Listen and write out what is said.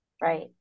Right